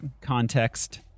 context